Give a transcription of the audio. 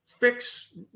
Fix